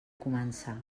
començar